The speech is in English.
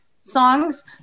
songs